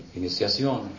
iniciación